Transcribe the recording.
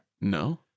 No